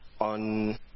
on